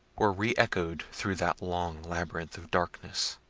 were re-echoed through that long labyrinth of darkness.